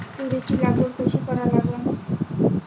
तुरीची लागवड कशी करा लागन?